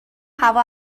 هوا